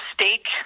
mistake